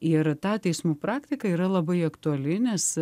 ir ta teismų praktika yra labai aktuali nes